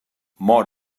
mor